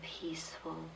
peaceful